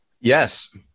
Yes